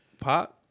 Pop